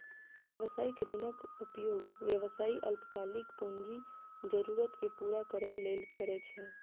व्यावसायिक ऋणक उपयोग व्यवसायी अल्पकालिक पूंजी जरूरत कें पूरा करै लेल करै छै